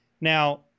Now